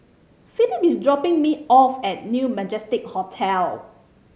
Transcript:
Phillip is dropping me off at New Majestic Hotel